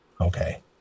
Okay